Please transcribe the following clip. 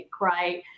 right